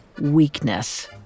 Weakness